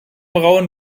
rauen